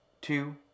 two